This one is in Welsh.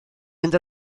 mynd